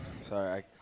Sorry